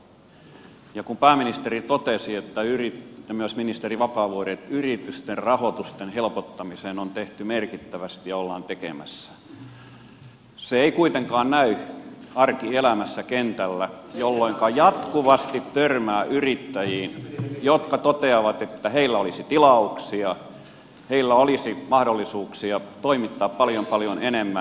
ja kun pääministeri totesi ja myös ministeri vapaavuori että yritysten rahoituksen helpottamiseksi on tehty merkittävästi ja ollaan tekemässä se ei kuitenkaan näy arkielämässä kentällä jolloinka jatkuvasti törmää yrittäjiin jotka toteavat että heillä olisi ti lauksia heillä olisi mahdollisuuksia toimittaa paljon paljon enemmän